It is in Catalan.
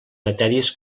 matèries